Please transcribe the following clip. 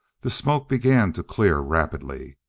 the smoke began to clear rapidly.